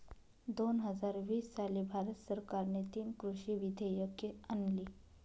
दोन हजार वीस साली भारत सरकारने तीन कृषी विधेयके आणली